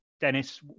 Dennis